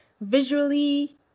visually